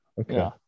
Okay